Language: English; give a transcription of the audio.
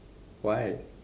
why